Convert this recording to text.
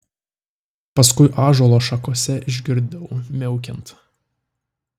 paskui ąžuolo šakose išgirdau miaukiant